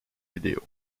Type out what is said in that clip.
vidéo